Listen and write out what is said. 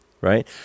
right